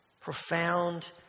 profound